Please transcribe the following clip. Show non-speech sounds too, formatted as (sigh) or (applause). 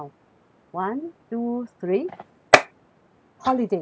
(breath) one two three (noise) holiday